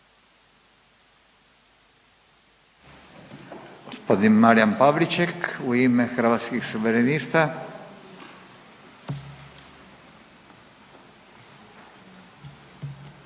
Gospodin Marijan Pavliček u ime Hrvatskih suverenista.